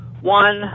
One